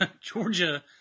Georgia